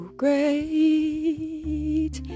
great